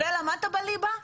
זה למדת בליבה?